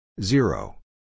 Zero